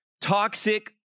toxic